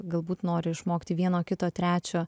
galbūt nori išmokti vieno kito trečio